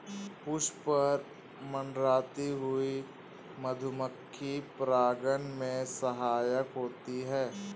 पुष्प पर मंडराती हुई मधुमक्खी परागन में सहायक होती है